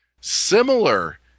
similar